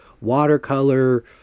watercolor